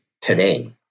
Today